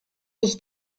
ich